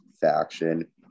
faction